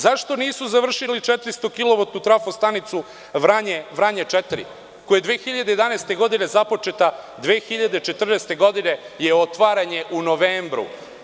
Zašto nisu završili 400-o kilovatnu trafo stanicu Vranje-4, koja je 2011. godine započeta, a 2014. godine je otvaranje u novembru?